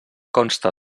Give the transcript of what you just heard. consta